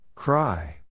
Cry